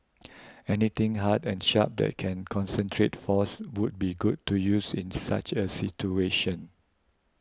anything hard and sharp that can concentrate force would be good to use in such a situation